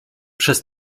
przez